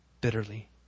bitterly